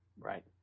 Right